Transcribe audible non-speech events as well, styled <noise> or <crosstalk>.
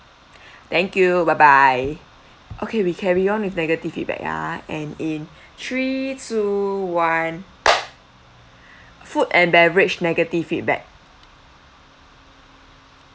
<breath> thank you bye bye okay we carry on with negative feedback ah and in three two one food and beverage negative feedback